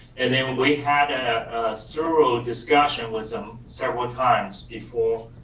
and then we had a thorough discussion with them several times before